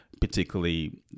particularly